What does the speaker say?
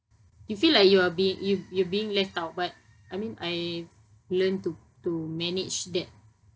you feel like you are be~ y~ you're being left out I mean I've learned to to manage that